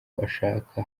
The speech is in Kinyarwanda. ushaka